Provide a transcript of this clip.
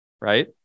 right